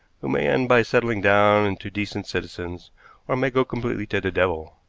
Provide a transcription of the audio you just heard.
who may end by settling down into decent citizens or may go completely to the devil.